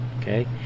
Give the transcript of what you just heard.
Okay